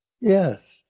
Yes